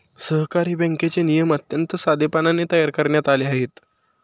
सहकारी बँकेचे नियम अत्यंत साधेपणाने तयार करण्यात आले आहेत